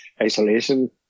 isolation